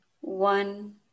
one